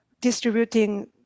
distributing